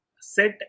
set